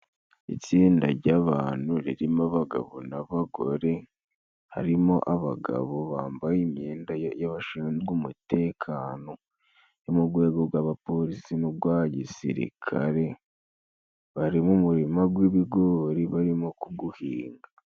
Itsinda ry'abantu ririmo abagabo n'abagore, harimo abagabo bambaye imyenda y'abashinzwe umutekano yo mu gwego gw'abapolisi n'ugwa gisirikare. Bari mu murima w'ibigori barimo kuguhinga.